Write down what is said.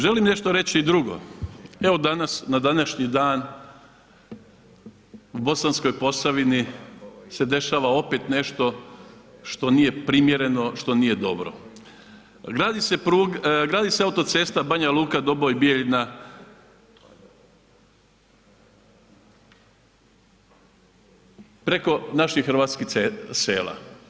Želim nešto reći i drugo, evo danas, na današnji dan u Bosanskoj Posavini se dešava opet nešto što nije primjereno, što nije dobro, gradi se pruga, gradi se autocesta Banja Luka – Doboj – Bjeljina preko naših hrvatskih sela.